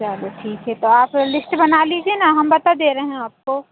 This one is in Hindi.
चलो ठीक है तो आप लिस्ट बना लीजिए ना हम बता दे रहे हैं आपको